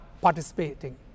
participating